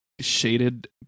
shaded